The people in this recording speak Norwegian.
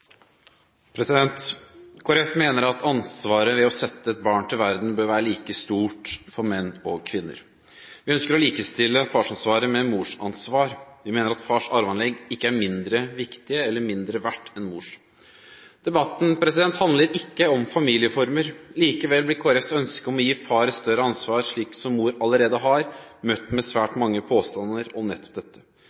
Kristelig Folkeparti mener ansvaret ved å sette et barn til verden bør være like stort for menn og kvinner. Vi ønsker å likestille farsansvaret med morsansvar. Vi mener at fars arveanlegg ikke er mindre viktige eller mindre verdt enn mors. Debatten handler ikke om familieformer. Likevel blir Kristelig Folkepartis ønske om å gi far et større ansvar, slik som mor allerede har, møtt med svært mange påstander om nettopp dette.